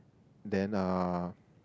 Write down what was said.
then uh